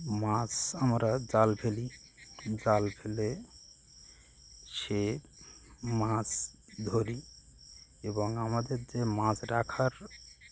মাছ আমরা জাল ফেলি জাল ফেলে সে মাছ ধরি এবং আমাদের যে মাছ রাখার